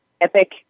epic